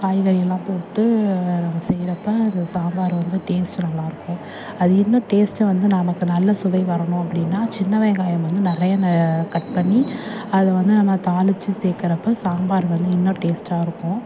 காய்கறியெல்லாம் போட்டு செய்கிறப்ப அந்த சாம்பார் வந்து டேஸ்ட் நல்லாயிருக்கும் அது இன்னும் டேஸ்ட் வந்து நமக்கு நல்ல சுவை வரணும் அப்படினா சின்ன வெங்காயம் வந்து நிறைய கட் பண்ணி அதை வந்து நம்ம தாளித்து சேக்கிறப்ப சாம்பார் வந்து இன்னும் டேஸ்டாக இருக்கும்